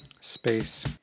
space